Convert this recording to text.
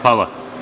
Hvala.